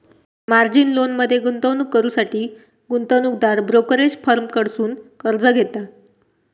margin लोनमध्ये गुंतवणूक करुसाठी गुंतवणूकदार ब्रोकरेज फर्म कडसुन कर्ज घेता